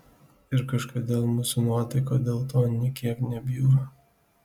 ir kažkodėl mūsų nuotaika dėl to nė kiek nebjūra